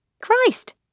Christ